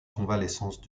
convalescence